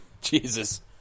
Jesus